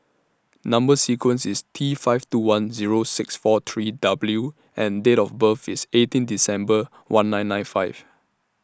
Number sequence IS T five two one Zero six four three W and Date of birth IS eighteen December one nine nine five